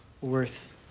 worth